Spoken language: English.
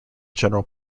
general